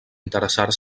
interessar